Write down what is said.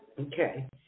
Okay